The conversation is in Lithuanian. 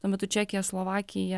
tuo metu čekija slovakija